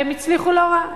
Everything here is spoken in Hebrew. והם הצליחו לא רע.